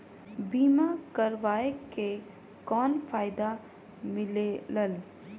बीमा करवाय के कौन फाइदा मिलेल?